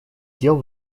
дел